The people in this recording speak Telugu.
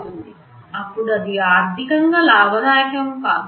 అప్పుడు ఇది ఆర్థికంగా లాభదాయకం కాదు